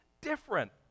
different